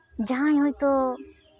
ᱡᱟᱦᱟᱸᱭ ᱦᱳᱭᱛᱳ